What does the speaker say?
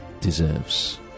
deserves